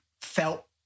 felt